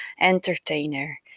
entertainer